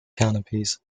canopies